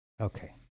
Okay